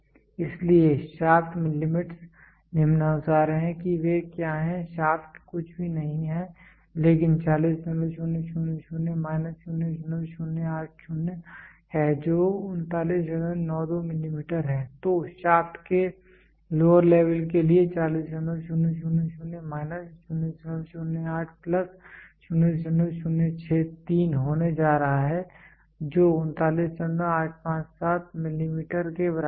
इसलिए shaft limits निम्नानुसार हैं कि वे क्या हैं शाफ्ट कुछ भी नहीं है लेकिन 40000 माइनस 0080 है जो 3992 मिलीमीटर है तो शाफ्ट के लोअर लेवल के लिए 40000 माइनस 008 प्लस 0063 होने जा रहा है जो 39857 मिलीमीटर के बराबर है